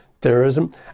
terrorism